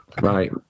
Right